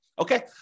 Okay